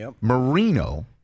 Marino